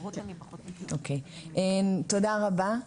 תודה רבה.